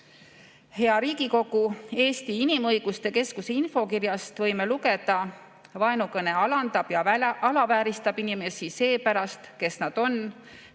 Riigikogu! Eesti Inimõiguste Keskuse infokirjast võime lugeda: vaenukõne alandab ja alavääristab inimesi selle pärast, kes nad on